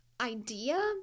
idea